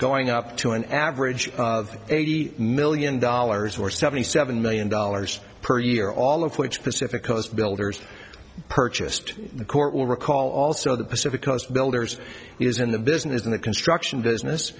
going up to an average of eighty million dollars or seventy seven million dollars per year all of which pacific coast builders purchased the court will recall also the pacific coast builders he was in the business in the construction business